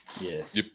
Yes